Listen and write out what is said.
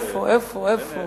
איפה, איפה, איפה?